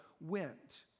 went